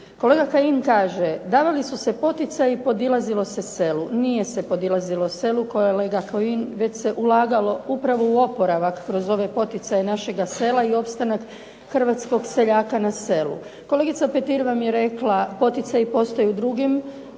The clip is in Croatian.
Kolega Kajin kaže: "davali su se poticaji i podilazilo se selu." Nije se podilazilo selu, kolega Kajin, već se ulagalo upravo u oporavak kroz ove poticaje našega sela i opstanak hrvatskog seljaka na selu. Kolegica Petir vam je rekla, poticaji postoje i u drugim